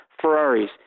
Ferraris